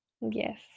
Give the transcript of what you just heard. yes